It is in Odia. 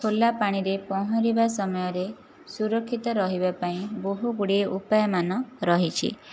ଖୋଲା ପାଣିରେ ପହଁରିବା ସମୟରେ ସୁରକ୍ଷିତ ରହିବା ପାଇଁ ବହୁ ଗୁଡ଼ିଏ ଉପାୟମାନ ରହିଛି